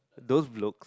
those blocks